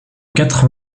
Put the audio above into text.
quatre